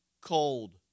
cold